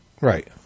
Right